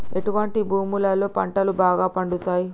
ఎటువంటి భూములలో పంటలు బాగా పండుతయ్?